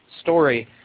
story